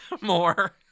more